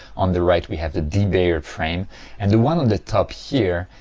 on the right we have the debayered frame and the one on the top here,